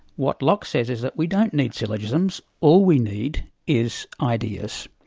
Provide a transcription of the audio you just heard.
what locke says is that we don't need syllogisms, all we need is ideas,